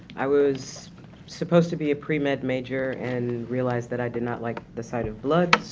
i was supposed to be a pre-med major and realized that i did not like the sight of blood, so,